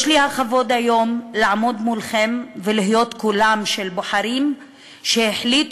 יש לי הכבוד היום לעמוד מולכם ולהיות קולם של בוחרים שהחליטו